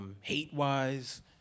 hate-wise